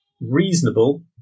reasonable